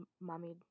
mommy